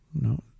no